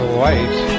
white